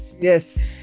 Yes